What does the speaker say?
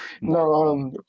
No